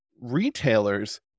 retailers